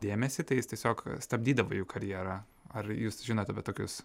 dėmesį tai jis tiesiog stabdydavo jų karjerą ar jūs žinot apie tokius